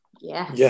Yes